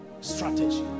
strategy